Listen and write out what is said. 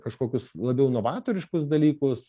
kažkokius labiau novatoriškus dalykus